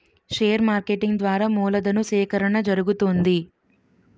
share marketing ద్వారా మూలధను సేకరణ జరుగుతుంది